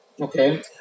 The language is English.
Okay